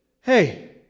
hey